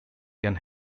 can